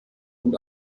und